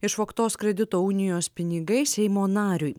išvogtos kredito unijos pinigai seimo nariui